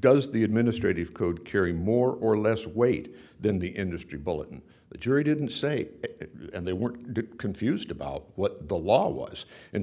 does the administrative code carry more or less weight than the industry bulletin the jury didn't say and they were confused about what the law was in